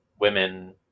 women